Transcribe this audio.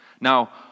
Now